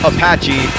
Apache